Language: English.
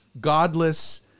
godless